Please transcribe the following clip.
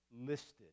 listed